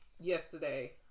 yesterday